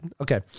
Okay